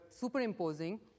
superimposing